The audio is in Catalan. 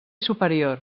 superior